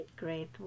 Great